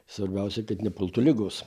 svarbiausia kad nepultų ligos